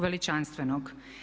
Veličanstvenog.